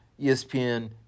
ESPN